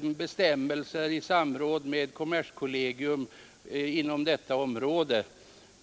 bestämmelser i samråd med kommerskollegium inom detta område.